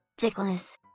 Dickless